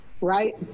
right